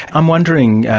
i'm wondering,